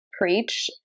preach